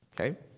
Okay